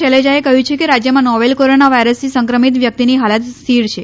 શૈલજાએ કહ્યું છે કે રાજ્યમાં નોવેલ કોરોના વાયરસથી સંક્રમિત વ્યક્તિની હાલત સ્થિર છે